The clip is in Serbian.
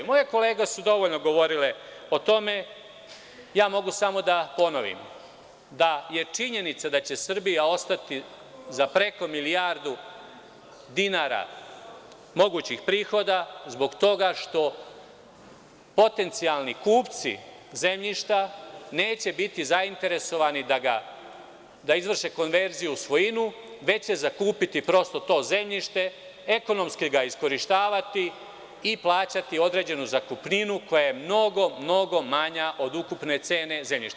Moje kolege su dovoljno govorile o tome, ja mogu samo da ponovim da je činjenica da će Srbija ostati za preko milijardu dinara mogućih prihoda zbog toga što potencijalni kupci zemljišta neće biti zainteresovani da izvrše konverziju u svojinu, već će zakupiti prosto to zemljište, ekonomski ga iskorišćavati i plaćati određenu zakupninu koja je mnogo, mnogo manja od ukupne cene zemljišta.